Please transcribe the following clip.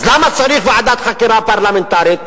אז למה צריך ועדת חקירה פרלמנטרית?